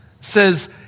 says